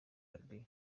radio